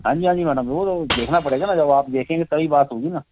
हाँ जी हाँ जी मैडम वह तो देखना पड़ेगा ना जब आप देखेंगे तभी बात होगी ना